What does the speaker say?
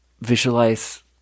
visualize